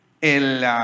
el